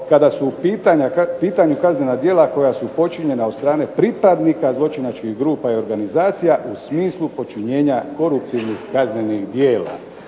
kada su u pitanju kaznena djela koja su počinjena od strane pripadnika zločinačkih grupa i organizacija u smislu počinjenja koruptivnih kaznenih djela.